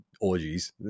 orgies